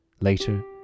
Later